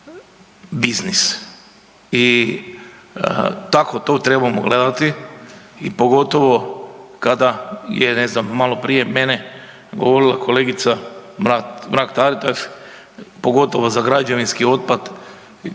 biznis i tako to trebamo gledati i pogotovo kada je ne znam maloprije mene govorila kolegica Mrak Taritaš, pogotovo za građevinski otpad